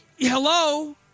Hello